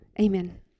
amen